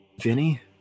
Vinny